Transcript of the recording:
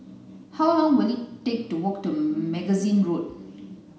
how long will it take to walk to Magazine Road